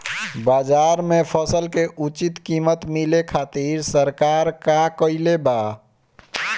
बाजार में फसल के उचित कीमत मिले खातिर सरकार का कईले बाऽ?